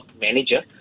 manager